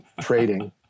trading